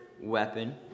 weapon